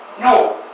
No